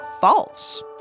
false